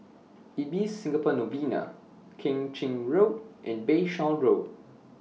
Ibis Singapore Novena Keng Chin Road and Bayshore Road